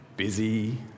Busy